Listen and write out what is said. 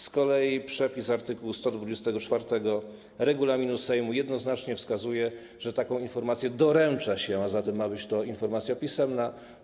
Z kolei przepis art. 124 regulaminu Sejmu jednoznacznie wskazuje, że taką informację doręcza się, a zatem ma być to informacja pisemna.